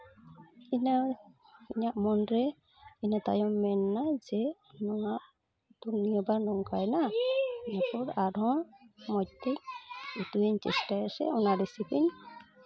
ᱤᱱᱟᱹ ᱤᱧᱟᱹᱜ ᱢᱚᱱᱨᱮ ᱤᱱᱟᱹ ᱛᱟᱭᱚᱢ ᱢᱮᱱ ᱱᱟ ᱡᱮ ᱱᱚᱣᱟ ᱩᱛᱩ ᱱᱤᱭᱟᱹ ᱵᱟᱨ ᱱᱚᱝᱠᱟᱭᱮᱱᱟ ᱤᱱᱟᱹ ᱯᱚᱨ ᱟᱨᱦᱚᱸ ᱢᱚᱡᱽ ᱛᱮ ᱩᱛᱩ ᱨᱮᱭᱟᱜ ᱤᱧ ᱪᱮᱥᱴᱟᱭᱟ ᱥᱮ ᱚᱱᱟ ᱨᱮᱥᱤᱯᱤᱧ